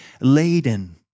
laden